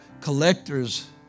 collectors